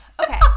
Okay